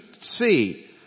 see